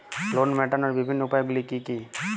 Loan মেটানোর বিভিন্ন উপায়গুলি কী কী?